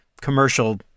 commercial